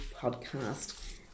podcast